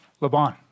Laban